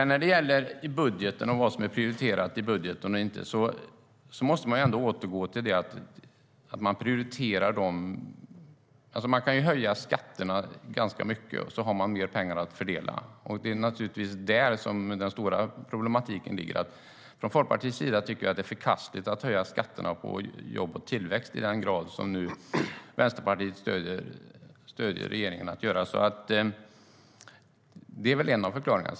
När det gäller vad som är prioriterat eller inte i budgeten: Man kan höja skatterna ganska mycket, och så har man mer pengar att fördela. Det är naturligtvis där som den stora problematiken ligger. Från Folkpartiets sida tycker vi att det är förkastligt att höja skatterna på jobb och tillväxt i den grad som Vänsterpartiet stöder regeringen att göra. Det är väl en av förklaringarna.